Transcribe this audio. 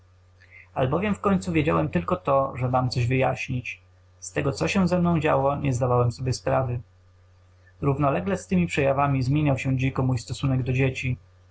albowiem w końcu wiedziałem tylko to że mam coś wyjaśnić z tego co się ze mną działo nie zdawałem sobie sprawy równolegle z tymi przejawami zmieniał się dziko mój stosunek do dzieci